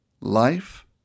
life